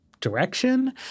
direction